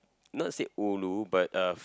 not say ulu but uh